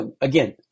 Again